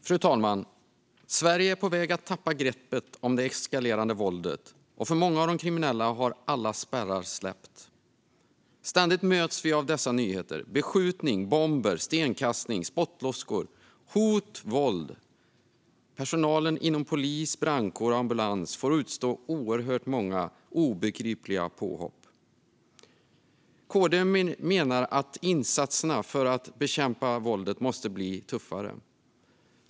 Fru talman! Sverige är på väg att tappa greppet om det eskalerande våldet, och för många av de kriminella har alla spärrar släppt. Ständigt möts vi av dessa nyheter: beskjutning, bomber, stenkastning, spottloskor, hot och våld. Poliser och brandkårs och ambulanspersonal får utstå oerhört många obegripliga påhopp. KD menar att insatserna för att bekämpa våldet måste bli tuffare.